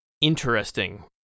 interesting